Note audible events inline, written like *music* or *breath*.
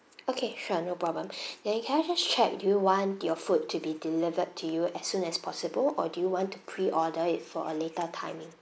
okay sure no problem *breath* then I can just check do you want your food to be delivered to you as soon as possible or do you want to pre-order it for a later timing